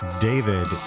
David